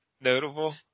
Notable